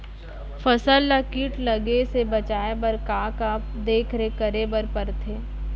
फसल ला किट लगे से बचाए बर, का का देखरेख करे बर परथे?